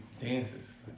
dances